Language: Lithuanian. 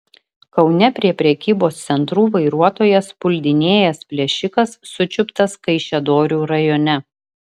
kaune prie prekybos centrų vairuotojas puldinėjęs plėšikas sučiuptas kaišiadorių rajone